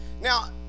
Now